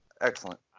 Excellent